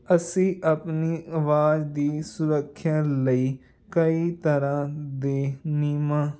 ਅਸੀਂ ਆਪਣੀ ਆਵਾਜ਼ ਦੀ ਸੁਰੱਖਿਆ ਲਈ ਕਈ ਤਰ੍ਹਾਂ ਦੇ ਨਿਯਮਾਂ